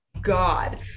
god